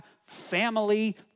family